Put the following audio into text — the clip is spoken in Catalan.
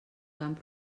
camp